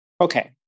Okay